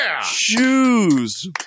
shoes